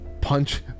punch